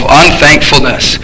unthankfulness